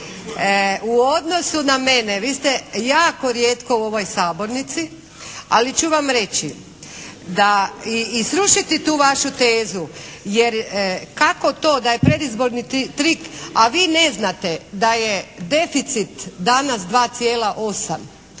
U odnosu na mene vi ste jako rijetko u ovoj sabornici ali ću vam reći da i srušiti tu vašu tezu jer kako to da je predizborni trik a vi ne znate da je deficit danas 2,8.